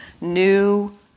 new